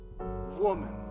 woman